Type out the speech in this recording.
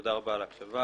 תודה רבה על ההקשבה